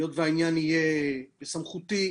היות שהעניין יהיה בסמכותי,